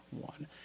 One